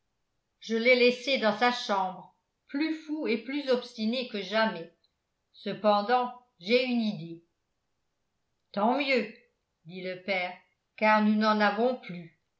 je l'ai laissé dans sa chambre plus fou et plus obstiné que jamais cependant j'ai une idée tant mieux dit le père car nous n'en avons plus